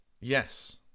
Yes